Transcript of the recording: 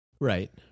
right